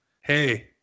hey